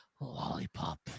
lollipop